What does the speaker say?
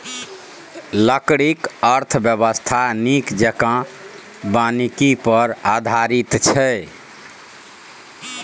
लकड़ीक अर्थव्यवस्था नीक जेंका वानिकी पर आधारित छै